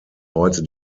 heute